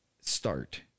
start